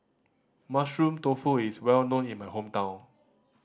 Mushroom Tofu is well known in my hometown